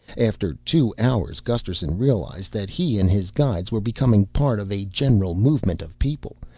after two hours gusterson realized that he and his guides were becoming part of a general movement of people,